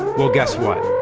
well, guess what?